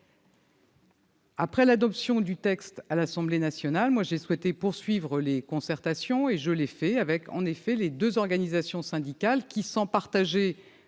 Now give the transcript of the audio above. Après l'adoption du texte à l'Assemblée nationale, j'ai souhaité poursuivre les concertations avec les deux organisations syndicales qui, sans être